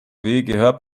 gehört